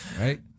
Right